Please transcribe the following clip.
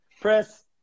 Press